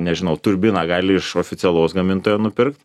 nežinau turbiną gali iš oficialaus gamintojo nupirkti